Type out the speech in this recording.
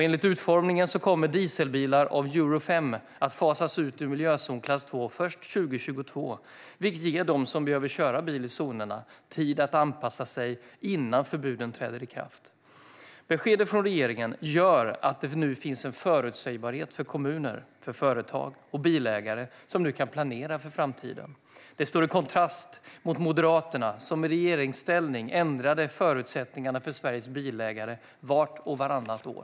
Enligt utformningen kommer dieselbilar av euro 5 att fasas ut ur miljözon klass 2 först år 2022, vilket ger de som behöver köra bil i zonerna tid att anpassa sig innan förbuden träder i kraft. Beskedet från regeringen gör att det nu finns en förutsägbarhet för kommuner, företag och bilägare, som nu kan planera för framtiden. Det står i kontrast till Moderaterna som i regeringsställning ändrade förutsättningarna för Sveriges bilägare vart och vartannat år.